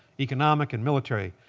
economic and military,